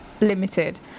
limited